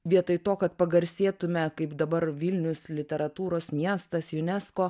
vietoj to kad pagarsėtume kaip dabar vilnius literatūros miestas unesco